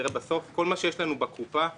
אני